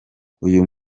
uyu